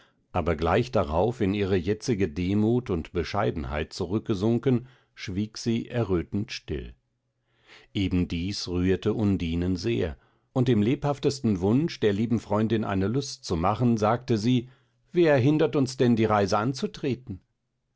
aber gleich darauf in ihre jetzige demut und bescheidenheit zurückgesunken schwieg sie errötend still eben dies rührte undinen sehr und im lebhaftesten wunsch der lieben freundin eine lust zu machen sagte sie wer hindert uns denn die reise anzutreten